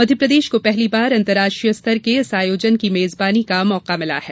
मध्यप्रदेश को पहली बार अंतर्राष्ट्रीय स्तर के इस आयोजन की मेजबानी का मौका मिला है